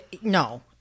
no